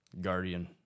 Guardian